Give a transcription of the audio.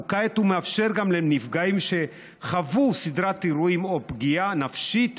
וכעת הוא מאפשר גם לנפגעים שחוו סדרת אירועים או פגיעה נפשית